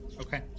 Okay